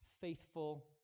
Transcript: faithful